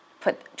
put